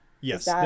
Yes